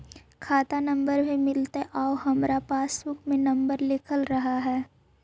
खाता नंबर भी मिलतै आउ हमरा पासबुक में नंबर लिखल रह है?